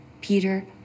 Peter